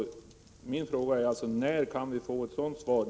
Min fråga var alltså: När kan vi få ett sådant svar?